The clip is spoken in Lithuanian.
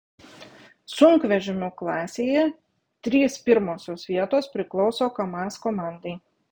sunkvežimių klasėje trys pirmosios vietos priklauso kamaz komandai